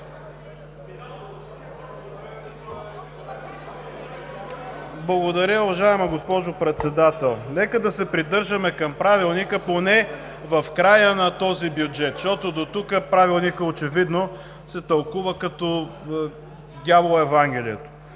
Благодаря, уважаема госпожо Председател! Нека да се придържаме към Правилника поне в края на този бюджет, защото до тук Правилникът очевидно се тълкува като дяволът - Евангелието.